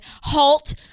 halt